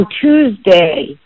Tuesday